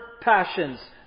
passions